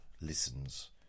listens